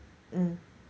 mm